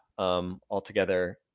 Altogether